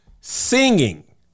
singing